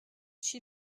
she